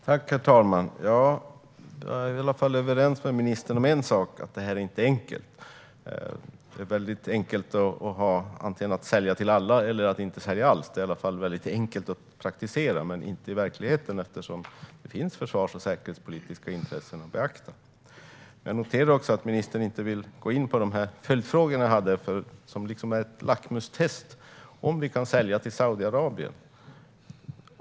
Herr talman! Jag är i alla fall överens med ministern om en sak, att det här inte är enkelt. Att antingen sälja till alla eller inte sälja alls är väldigt enkelt i teorin men inte i verkligheten, eftersom det finns försvars och säkerhetspolitiska intressen att beakta. Jag noterar att ministern inte vill gå in på mina följdfrågor som är liksom ett lackmustest på om vi kan sälja krigsmateriel till Saudiarabien.